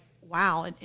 wow